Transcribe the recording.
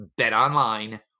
BetOnline